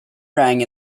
rang